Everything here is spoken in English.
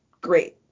great